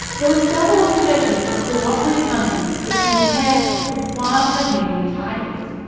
there were several observations of cooperative hunting between pairs of wild tasmanian tigers,